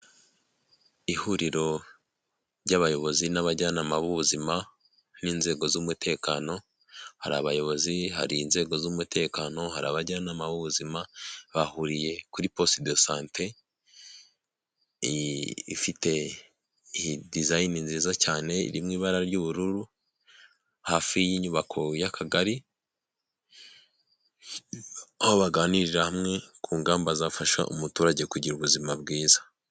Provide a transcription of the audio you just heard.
Ihuriro ry'abayobozi n'abajyanama b'ubuzima n'inzego z'umutekano hari abayobozi hari inzego z'umutekano hari abajyanama b'ubuzima bahuriye kuri poste do sante ifite dizayine nziza cyane mu ibara ry'ubururu hafi y'inyubako y'akagari aho baganirira hamwe ku ngamba zafasha umuturage kugira ubuzima bwiza.